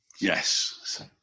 Yes